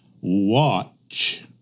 watch